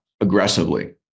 aggressively